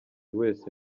wese